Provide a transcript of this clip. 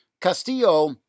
Castillo